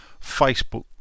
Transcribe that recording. Facebook